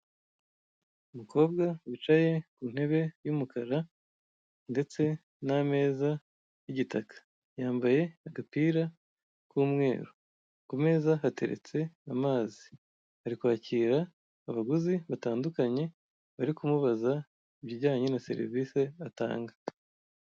Umukobwa wicaye ku ntebe y'umukara ndetse n'ameza y'igitaka. Yambaye agapira k'umweru. Ku meza hateretse amazi. Ari kwakira abaguzi batandukanye bari kutubaza ibijyanye na serivise atanga.